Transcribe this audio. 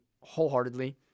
wholeheartedly